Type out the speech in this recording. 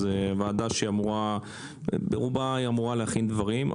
זו ועדה שאמורה ברובה להכין דברים,